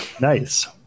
nice